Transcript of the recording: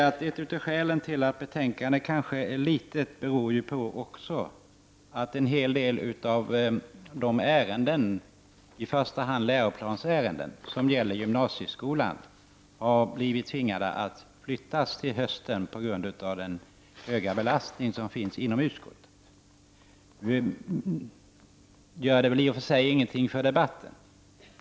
Ett av skälen till att betänkandena kanske är litet tunna är att en hel del av de ärenden, i första hand läroplansärenden, som gäller gymnasieskolan har måst flyttas till hösten på grund av den höga arbetsbelastningen inom utskottet. Detta gör väl i och för sig ingenting för debatten.